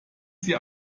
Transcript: sie